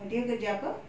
dia kerja apa